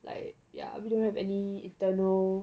like ya we don't have any internal